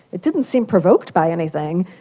it didn't seem provoked by anything.